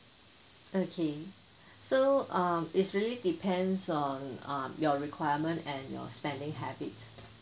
okay so um is really depends on uh your requirement and your spending habit